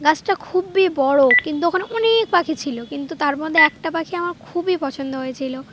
গাছটা খুবই বড়ো কিন্তু ওখানে অনেক পাখি ছিলো কিন্তু তার মধ্যে একটা পাখি আমার খুবই পছন্দ হয়েছিলো